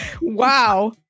Wow